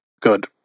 good